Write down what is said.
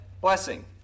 Blessing